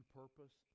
purpose